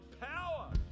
power